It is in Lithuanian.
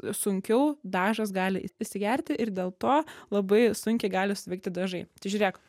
sunkiau dažas gali įsigerti ir dėl to labai sunkiai gali suveikti dažai tai žiūrėk